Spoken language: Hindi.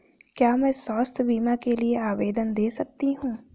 क्या मैं स्वास्थ्य बीमा के लिए आवेदन दे सकती हूँ?